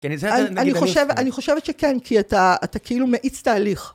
אני חושבת שכן, כי אתה, אתה כאילו מאיץ תהליך.